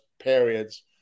periods